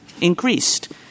increased